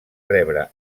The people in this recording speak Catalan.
rebre